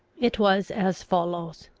it was as follows